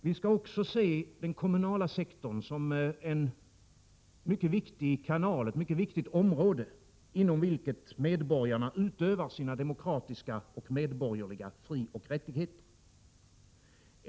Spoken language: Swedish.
Vi skall också se den kommunala sektorn som ett mycket viktigt område inom vilket medborgarna utövar sina demokratiska och medborgerliga frioch rättigheter.